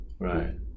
Right